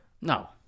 No